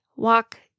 walk